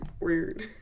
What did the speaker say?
Weird